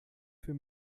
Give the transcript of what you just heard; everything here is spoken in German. für